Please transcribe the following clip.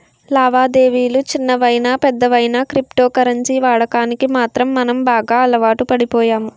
లావాదేవిలు చిన్నవయినా పెద్దవయినా క్రిప్టో కరెన్సీ వాడకానికి మాత్రం మనం బాగా అలవాటుపడిపోయాము